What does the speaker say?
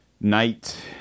night